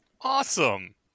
Awesome